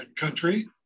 country